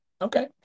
okay